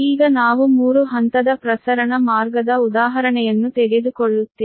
ಈಗ ನಾವು ಮೂರು ಹಂತದ ಪ್ರಸರಣ ಮಾರ್ಗದ ಉದಾಹರಣೆಯನ್ನು ತೆಗೆದುಕೊಳ್ಳುತ್ತೇವೆ